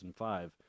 2005